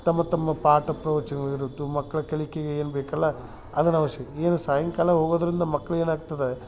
ತಮ್ಮ ತಮ್ಮ ಪಾಠ ಪ್ರವಚನಗಳು ಇರುತ್ತೆ ಮಕ್ಕಳ ಕಲಿಕೆಗೆ ಏನು ಬೇಕಲ್ಲಾ ಅದರ ಅವಶ್ಯ ಏನು ಸಾಯಂಕಾಲ ಹೋಗೋದರಿಂದ ಮಕ್ಳಿಗೆ ಏನಾಗ್ತದೆ